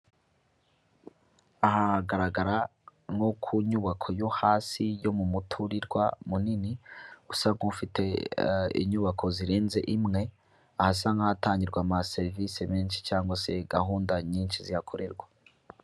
Aha hagaragara nko ku nyubako yo hasi yo mu muturirwa munini usa nk'ufite inyubako zirenze imwe ahasa nk'ahatangirwa ama serivisi menshi cyangwa se gahunda nyinshi zihakorerwa.